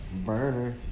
Burner